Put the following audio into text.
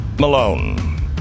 malone